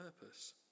purpose